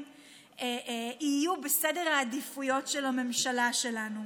יהיו בסדר העדיפויות של הממשלה שלנו.